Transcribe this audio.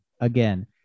again